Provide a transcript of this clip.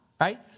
right